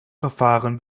verfahren